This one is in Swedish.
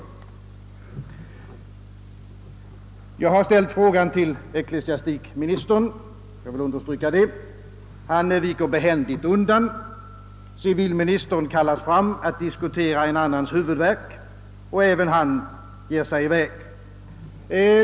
Jag har egentligen ställt frågan till ecklesiastikministern — jag vill understryka det. Han viker behändigt undan. Civilministern kallas fram att diskutera en annans huvudvärk — och även han ger sig i väg.